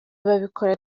babikora